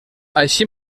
així